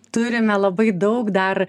turime labai daug dar